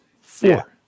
Four